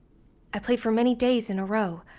i played for many days in a row.